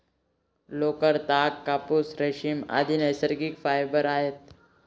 लोकर, ताग, कापूस, रेशीम, आदि नैसर्गिक फायबर आहेत